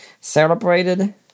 celebrated